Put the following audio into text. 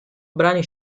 brani